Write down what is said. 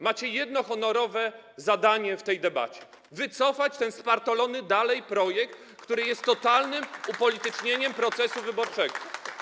Macie jedno, honorowe zadanie w tej debacie: wycofać ten nadal spartolony projekt, który jest totalnym upolitycznieniem procesu wyborczego.